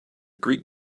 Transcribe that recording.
greek